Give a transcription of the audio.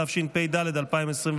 התשפ"ד 2024,